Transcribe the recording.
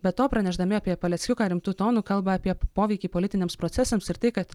be to pranešdami apie paleckiuką rimtu tonu kalba apie poveikį politiniams procesams ir tai kad